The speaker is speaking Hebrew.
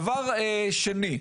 דבר שני.